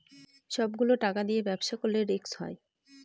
সব গুলো টাকা দিয়ে ব্যবসা করলে রিস্ক হয়